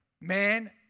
man